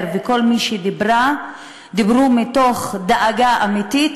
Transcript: וכל מי שדיברה דיברו מתוך דאגה אמיתית,